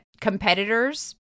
competitors